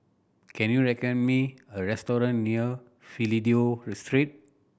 can you recommend me a restaurant near Fidelio Street